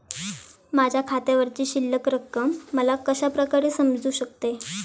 माझ्या खात्यावरची शिल्लक रक्कम मला कशा प्रकारे समजू शकते?